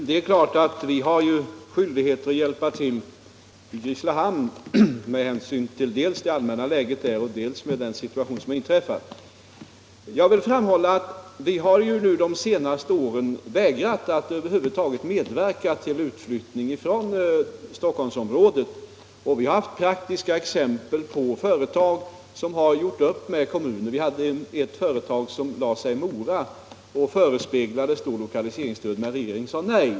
Herr talman! Vi har ju skyldigheter att hjälpa till i Grisslehamn, dels när det gäller det allmänna läget där, dels i den situation som nu föreligger. Men jag vill upplysa om att vi under de senaste åren ibland har vägrat medverka till utflyttning från Stockholmsområdet. Vi har haft praktiska exempel på företag som har gjort upp med kommunen men där vi sedan har sagt nej. Vi hade t.ex. ett företag som flyttade till Mora och då förespeglades lokaliseringsstöd, men regeringen sade nej.